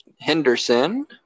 Henderson